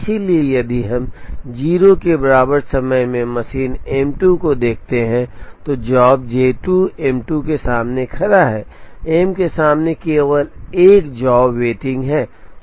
इसलिए यदि हम 0 के बराबर समय में मशीन M 2 को देखते हैं तो जॉब J 2 M 2 के सामने खड़ा है M के सामने केवल एक जॉब वेटिंग है